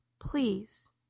please